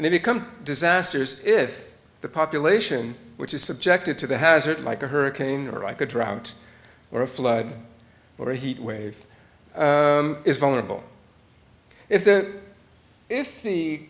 and they become disasters if the population which is subjected to the hazard like a hurricane or i could drought or a flood or a heat wave is vulnerable if that if the